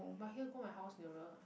but here go my house nearer